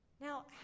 Now